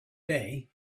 day